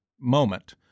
moment